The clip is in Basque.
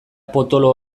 potolo